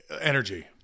energy